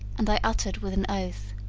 and i uttered with an oath,